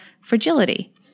fragility